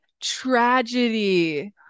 tragedy